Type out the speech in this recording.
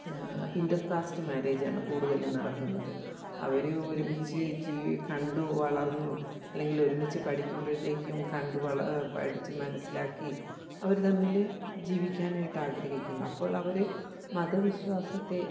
intercaste മാര്യേജാണ് കൂടുതലും നടക്കുന്നത് അവർ ഒരുമിച്ച് കണ്ടു വളർന്നു അല്ലെങ്കിലൊരുമിച്ച് പഠിക്കുമ്പോഴത്തേക്കും കണ്ട് വളർന്ന് പഠിച്ച് മനസ്സിലാക്കി അവർ തമ്മിൽ ജീവിക്കാനായിട്ടാഗ്രഹിക്കുന്നു അപ്പോളവർ മതവിശ്വാസത്തെ